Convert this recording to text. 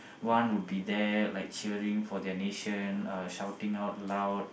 one will be there like cheering for their nation uh shouting out loud